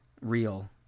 real